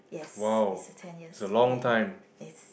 yes is a ten years there yes